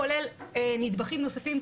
כולל נדבכים נוספים,